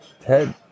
Ted